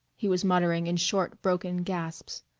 he was muttering in short, broken gasps.